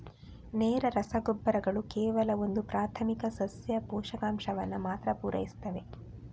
ನೇರ ರಸಗೊಬ್ಬರಗಳು ಕೇವಲ ಒಂದು ಪ್ರಾಥಮಿಕ ಸಸ್ಯ ಪೋಷಕಾಂಶವನ್ನ ಮಾತ್ರ ಪೂರೈಸ್ತವೆ